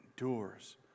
endures